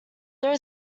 there